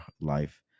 life